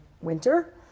winter